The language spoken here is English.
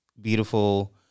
beautiful